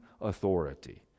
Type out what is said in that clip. authority